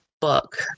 book